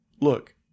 look